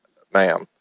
ma'am,